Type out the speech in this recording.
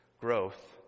growth